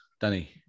Danny